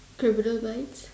criminal minds